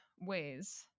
ways